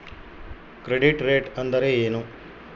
Credit rate ಅಂದರೆ ಏನು?